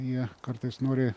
jie kartais nori